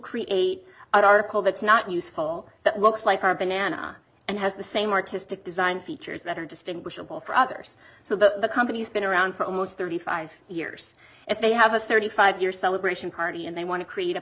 create an article that's not useful that looks like her banana and has the same artistic design features that are distinguishable for others so the company has been around for almost thirty five years if they have a thirty five year celebration party and they want to create a